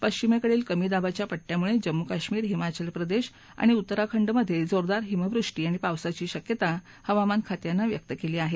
पश्विमेकडील कमी दाबाच्या पट्ट्यामुळे जम्मू कश्मीर हिमाचल प्रदेश आणि उत्तराखंडमध्ये जोरदार हिमवृष्टी आणि पावसाची शक्यता हवामान खात्याने व्यक्त केली आहे